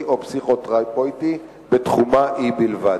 או פסיכותרפויטי בתחומה שלה בלבד.